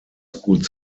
school